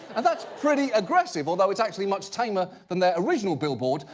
and that's pretty aggressive, although, it's actually much tamer than their original billboard,